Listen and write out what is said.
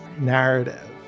narrative